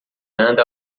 anda